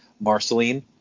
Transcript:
Marceline